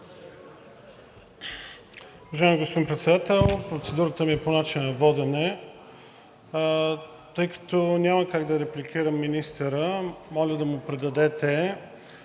Уважаеми господин Председател, процедурата ми е по начина на водене. Тъй като няма как да репликирам министъра, моля да му предадете…